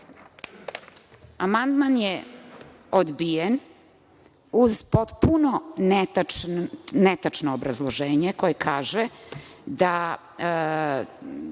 je odbijen uz potpuno netačno obrazloženje, koje kaže da